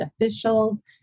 officials